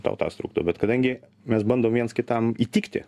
tau tas trukdo bet kadangi mes bandom viens kitam įtikti